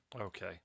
Okay